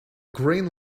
green